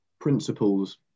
principles